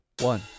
One